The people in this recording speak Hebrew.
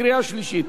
רבותי, לקריאה שלישית.